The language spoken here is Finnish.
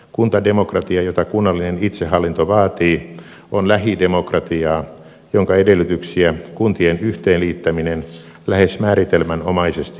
kuntademokratia jota kunnallinen itsehallinto vaatii on lähidemokratiaa jonka edellytyksiä kuntien yhteen liittäminen lähes määritelmänomaisesti kaventaa